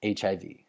HIV